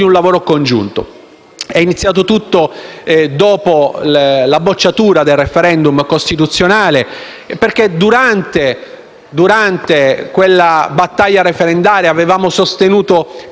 un lavoro congiunto. È iniziato tutto dopo la bocciatura del *referendum* costituzionale, perché durante quella battaglia referendaria avevamo sostenuto più